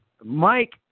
Mike